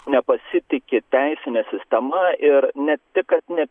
nepasitiki teisine sistema ir ne tik kad ne